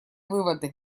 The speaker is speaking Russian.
выводы